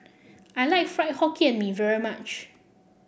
I like Fried Hokkien Mee very much